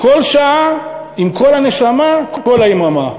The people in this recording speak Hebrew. כל שעה, עם כל הנשמה, כל היממה.